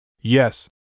Yes